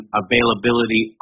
availability